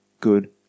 good